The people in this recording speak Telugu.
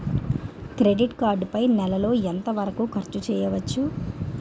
క్రెడిట్ కార్డ్ పై నెల లో ఎంత వరకూ ఖర్చు చేయవచ్చు?